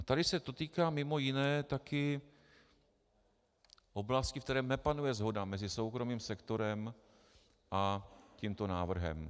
Tady se to týká mimo jiné také oblasti, ve které nepanuje shoda mezi soukromým sektorem a tímto návrhem.